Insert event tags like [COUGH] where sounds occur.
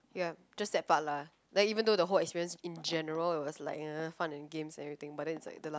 ya just that part lah then even though the whole experience in general it was like [NOISE] fun and games and everything but then the last